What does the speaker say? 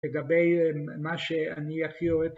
‫לגבי מה שאני הכי אוהב...